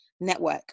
network